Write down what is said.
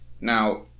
Now